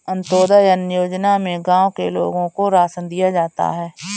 अंत्योदय अन्न योजना में गांव के लोगों को राशन दिया जाता है